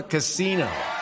Casino